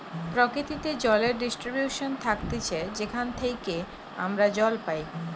প্রকৃতিতে জলের ডিস্ট্রিবিউশন থাকতিছে যেখান থেইকে আমরা জল পাই